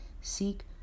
seek